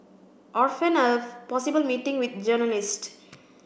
or feign a possible meeting with journalists